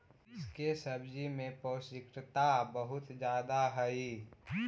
इसके सब्जी में पौष्टिकता बहुत ज्यादे हई